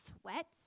sweat